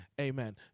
Amen